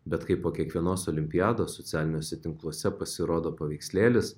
bet kai po kiekvienos olimpiados socialiniuose tinkluose pasirodo paveikslėlis